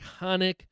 iconic